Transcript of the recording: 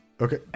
Okay